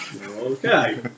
Okay